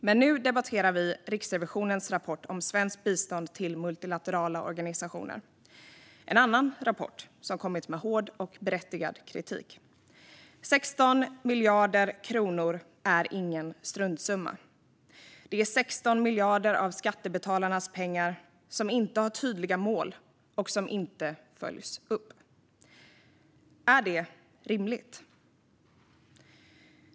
Men nu debatterar vi Riksrevisionens rapport om svenskt bistånd till multilaterala organisationer. Det är en annan rapport som kommit med hård och berättigad kritik. 16 miljarder kronor är ingen struntsumma. Det är 16 miljarder av skattebetalarnas pengar som inte har tydliga mål och som inte följs upp. Är det rimligt?